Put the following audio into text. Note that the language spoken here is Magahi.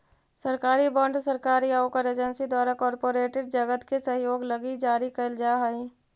सरकारी बॉन्ड सरकार या ओकर एजेंसी द्वारा कॉरपोरेट जगत के सहयोग लगी जारी कैल जा हई